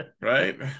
right